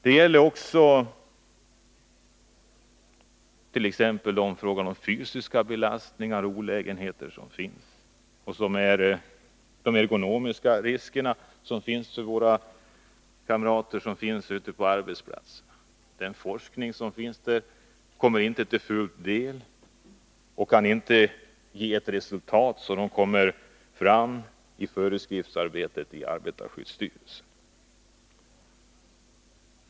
Det gäller också t.ex. i fråga om fysiska belastningar och de olägenheter och risker som våra kamrater på arbetsplatserna utsätts för av ekonomiska skäl. Den forskning som bedrivs på området ger heller inte resultat i form av föreskrifter från arbetarskyddsstyrelsen.